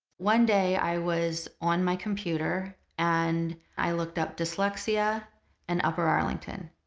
one day i was on my computer and i looked up dyslexia and upper arlington.